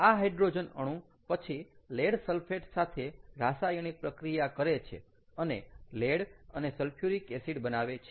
આ હાઇડ્રોજન અણુ પછી લેડ સલ્ફેટ સાથે રાસાયણિક પ્રક્રિયા કરે છે અને લેડ અને સલ્ફ્યુરિક એસિડ બનાવે છે